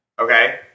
Okay